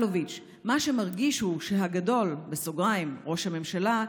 אלוביץ': "מה שמרגיז הוא שהגדול" ראש הממשלה,